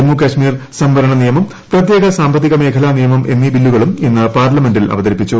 ജമ്മു കാശ്മിർ സംവരണ നിയമം പ്രത്യേക സാമ്പത്തിക മേഖലാ നിയമം എന്നീ ബില്ലുകളും ഇന്ന് പാർലമെന്റിൽ അവതരിപ്പിച്ചു